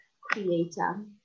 creator